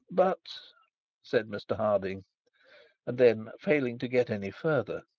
but said mr harding and then failing to get any further,